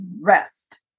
rest